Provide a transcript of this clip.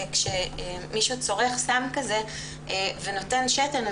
כשמישהו צורך סם כזה ונותן שתן,